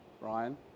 Ryan